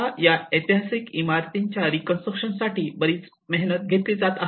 आता या ऐतिहासिक इमारतींच्या रीकन्स्ट्रक्शन साठी बरीच मेहनत घेतली गेली आहे